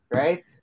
right